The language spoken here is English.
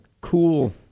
cool